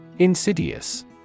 Insidious